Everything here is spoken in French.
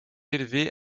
élevé